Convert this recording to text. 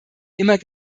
immer